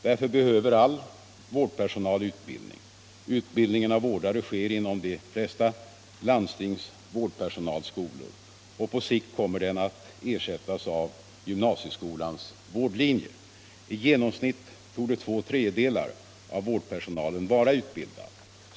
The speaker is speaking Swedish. Därför behöver all vårdpersonal utbildning. Utbildningen av vårdare sker inom de flesta landstings vårdpersonalskolor. På sikt kommer den att ersättas av gymnasieskolans vårdlinje. I genomsnitt torde två tredjedelar av vårdpersonalen vara utbildad.